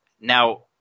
Now